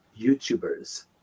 YouTubers